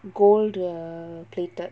gold err plated